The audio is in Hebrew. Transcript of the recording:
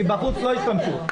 מבחוץ לא השתמשו.